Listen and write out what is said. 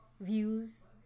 views